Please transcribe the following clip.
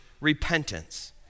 repentance